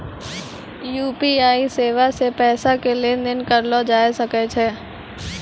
UPI सेबा से पैसा के लेन देन करलो जाय सकै छै